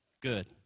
Good